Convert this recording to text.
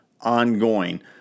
ongoing